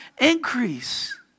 increase